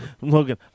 Logan